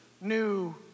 new